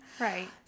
Right